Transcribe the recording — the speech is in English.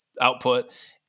output